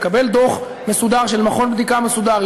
מקבל דוח מסודר של מכון בדיקה מסודר,